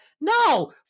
No